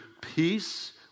peace